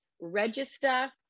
Register